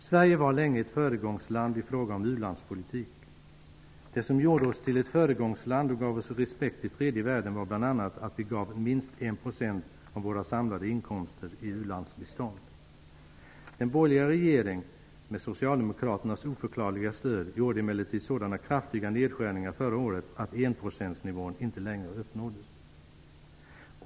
Sverige var länge ett föregångsland i fråga om ulandspolitik. Det som gjorde oss till ett föregångsland och gav oss respekt i tredje världen var bl.a. att vi gav minst 1 % av våra samlade inkomster i u-landsbistånd. Den borgerliga regeringen, med socialdemokraternas oförklarliga stöd, gjorde emellertid så kraftiga nedskärningar förra året att enprocentsnivån inte längre uppnåddes.